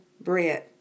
bread